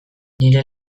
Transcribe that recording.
nire